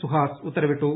സുഹാസ് ഉത്തരവിട്ടു